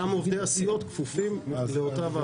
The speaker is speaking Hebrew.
גם עובדי הסיעות כפופים לאותה ועדה.